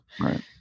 right